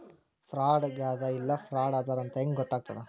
ಫ್ರಾಡಾಗೆದ ಇಲ್ಲ ಫ್ರಾಡಿದ್ದಾರಂತ್ ಹೆಂಗ್ ಗೊತ್ತಗ್ತದ?